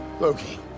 Loki